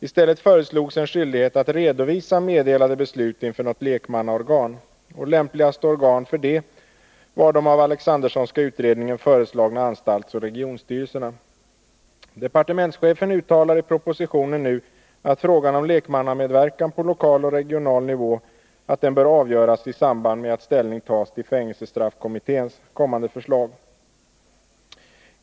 I stället föreslogs en skyldighet att redovisa meddelade beslut inför något lekmannaorgan. Lämpligaste organ för det var de av den Alexandersonska utredningen föreslagna anstaltsoch regionstyrelserna. Departementschefen uttalar i propositionen att frågan om lekmannamedverkan på lokal och regional nivå bör avgöras i samband med att ställning tas till fängelsestraffkommitténs kommande förslag.